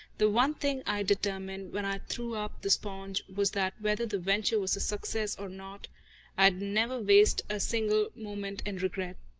the one thing i determined, when i threw up the sponge, was that whether the venture was a success or not i'd never waste a single moment in regrets.